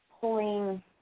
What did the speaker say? pulling